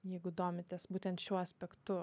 jeigu domitės būtent šiuo aspektu